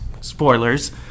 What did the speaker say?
Spoilers